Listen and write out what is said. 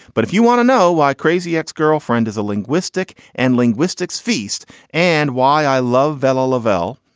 but if you want to know why crazy ex-girlfriend is a linguistic and linguistics feast and why i love vello leavelle,